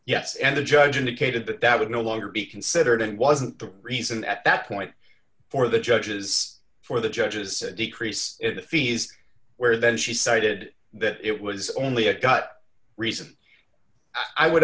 yes and the judge indicated that that would no longer be considered and wasn't the reason at that point for the judges for the judges to decrease the fees where then she cited that it was only a gut reason i would